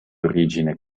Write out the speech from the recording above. origine